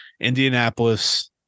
Indianapolis